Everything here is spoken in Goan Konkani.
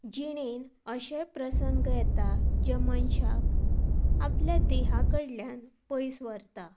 जिणेंत अशे प्रसंग येतात जे मनसाक आपल्या ध्येया कडल्यान पयस व्हरता